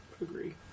agree